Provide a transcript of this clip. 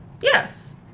Yes